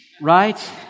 right